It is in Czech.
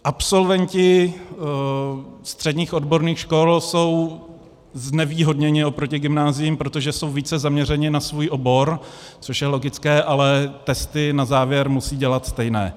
Absolventi středních odborných škol jsou znevýhodněni oproti gymnáziím, protože jsou více zaměřeni na svůj obor, což je logické, ale testy na závěr musí dělat stejné.